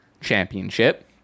Championship